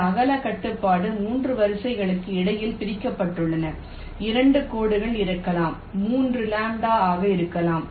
இந்த அகல கட்டுப்பாடு 3 வரிகளுக்கு இடையில் பிரிக்கப்பட்டுள்ளது 2 கோடுகள் இருக்கலாம் 3 λ ஆக இருக்கலாம்